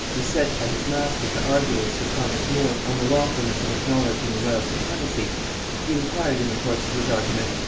was sent by his master to argue with sir thomas more on the lawfulness of acknowledging the royal supremacy he inquired in the course of his argument,